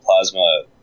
plasma